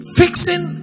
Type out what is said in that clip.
fixing